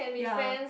yea